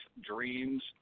dreams